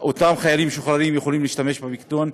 אותם חיילים משוחררים יכולים להשתמש בפיקדון.